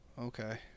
Okay